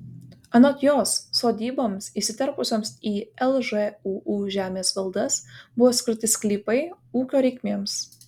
anot jos sodyboms įsiterpusioms į lžūu žemės valdas buvo skirti sklypai ūkio reikmėms